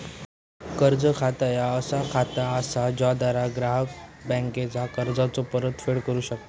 कर्ज खाता ह्या असा खाता असा ज्याद्वारा ग्राहक बँकेचा कर्जाचो परतफेड करू शकता